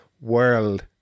world